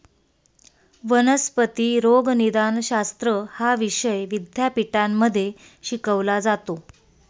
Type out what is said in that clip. वनस्पती रोगनिदानशास्त्र हा विषय विद्यापीठांमध्ये शिकवला जातो